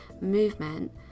movement